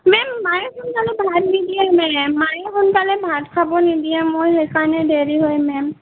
ma'am মায়ে সোনকালে ভাত নিদিয়ে মেম মায়ে সোনকালে ভাত খাব নিদিয়ে মোৰ সেইকাৰণে দেৰি হয় মেম